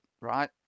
right